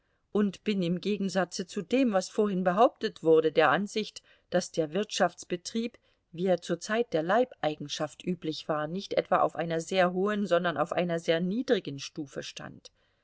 und bin im gegensatze zu dem was vorhin behauptet wurde der ansicht daß der wirtschaftsbetrieb wie er zur zeit der leibeigenschaft üblich war nicht etwa auf einer sehr hohen sondern auf einer sehr niedrigen stufe stand